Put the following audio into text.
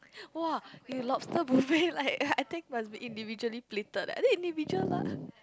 !wah! okay lobster buffet like I think must be individually plated eh I think individual lah